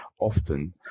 often